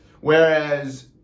Whereas